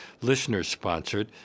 listener-sponsored